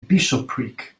bishopric